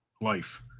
life